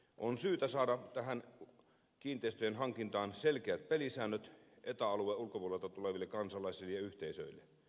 on syytä saada tähän kiinteistöjen hankintaan selkeät pelisäännöt eta alueen ulkopuolelta tuleville kansalaisille ja yhteisöille